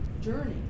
journey